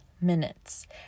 minutes